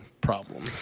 problem